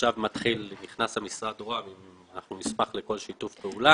עכשיו נכנס משרד ראש הממשלה ואנחנו נשמח לכל שיתוף פעולה.